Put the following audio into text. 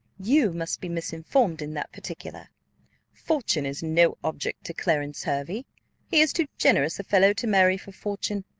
you must be misinformed in that particular fortune is no object to clarence hervey he is too generous a fellow to marry for fortune.